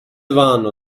vanno